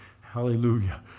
Hallelujah